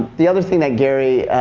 the other thing that gary,